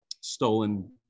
stolen